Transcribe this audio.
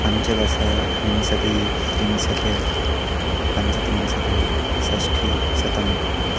पञ्चदश विंशतिः त्रिंशत् पञ्चत्रिंशत् षष्ठिः शतम्